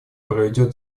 проведет